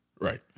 Right